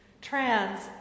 Trans